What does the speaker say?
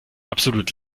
absolut